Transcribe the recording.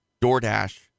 DoorDash